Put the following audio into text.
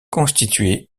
constitué